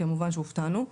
כמובן שהופתענו.